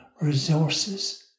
resources